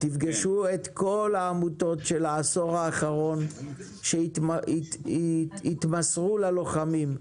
תפגשו את כל העמותות של העשור האחרון שהתמסרו ללוחמים.